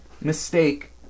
mistake